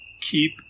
keep